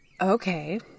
Okay